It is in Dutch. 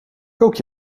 kook